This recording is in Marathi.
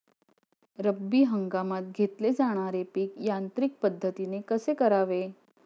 रब्बी हंगामात घेतले जाणारे पीक यांत्रिक पद्धतीने कसे करावे?